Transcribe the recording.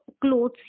clothes